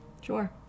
Sure